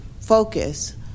focus